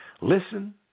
Listen